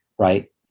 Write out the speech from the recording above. Right